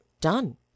done